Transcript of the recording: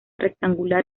rectangular